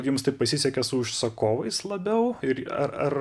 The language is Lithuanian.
jums taip pasisekė su užsakovais labiau ir ar ar